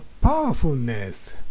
powerfulness